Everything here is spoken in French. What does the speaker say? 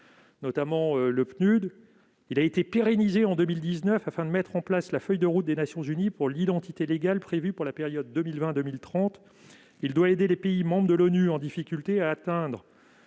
et le PNUD. Pérennisé en 2019 afin de mettre en place la feuille de route des Nations unies pour l'identité légale pour la période 2020-2030, il doit aider les pays membres de l'ONU en difficulté à atteindre